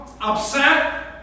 upset